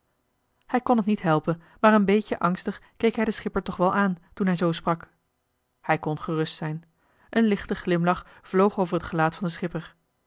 hij kon het niet helpen maar een beetje angstig keek hij den schipper toch wel aan toen hij zoo sprak hij kon gerust zijn een lichte glimlach vloog over het gelaat van den schipper